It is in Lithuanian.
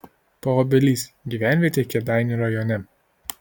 paobelys gyvenvietė kėdainių rajone